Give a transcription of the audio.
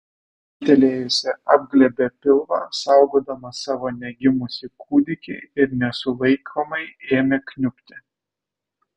aiktelėjusi apglėbė pilvą saugodama savo negimusį kūdikį ir nesulaikomai ėmė kniubti